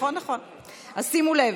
שימו לב: